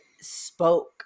spoke